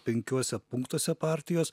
penkiuose punktuose partijos